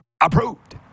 Approved